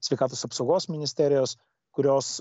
sveikatos apsaugos ministerijos kurios